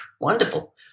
Wonderful